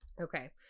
Okay